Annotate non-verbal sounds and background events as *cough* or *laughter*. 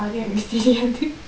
*noise* தெரியாது:theriyaathu